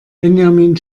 benjamin